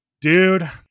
Dude